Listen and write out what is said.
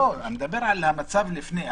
לא, אני מדבר על המצב לפני.